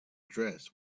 dress